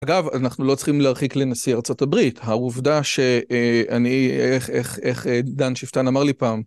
אגב, אנחנו לא צריכים להרחיק לנשיא ארצות הברית, העובדה שאני, איך דן שפטן אמר לי פעם...